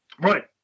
right